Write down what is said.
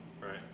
right